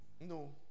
No